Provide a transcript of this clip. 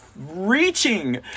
reaching